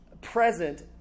present